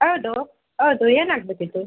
ಹೌದು ಹೌದು ಏನಾಗಬೇಕಿತ್ತು